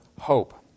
hope